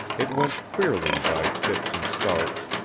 it went queerly by fits and starts,